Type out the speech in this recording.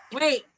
Wait